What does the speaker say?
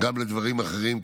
גם בדברים אחרים,